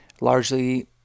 Largely